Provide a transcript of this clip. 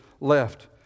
left